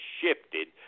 shifted